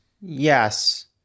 Yes